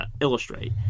illustrate